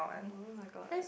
oh-my-god